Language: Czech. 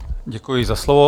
Děkuji za slovo.